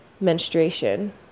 menstruation